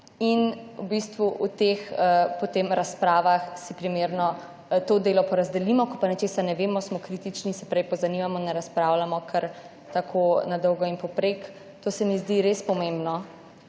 in v bistvu v teh potem razpravah si primerno to delo porazdelimo, ko pa nečesa ne vemo, smo kritični, se pravi, pozanimamo, ne razpravljamo kar tako na dolgo in povprek. To se mi zdi res pomembno,